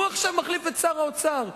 והוא עכשיו מחליף את שר האוצר.